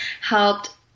helped